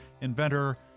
inventor